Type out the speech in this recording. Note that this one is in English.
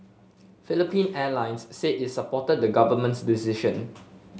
Philippine Airlines said it supported the government's decision